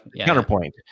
counterpoint